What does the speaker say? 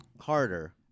harder